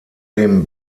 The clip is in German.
dem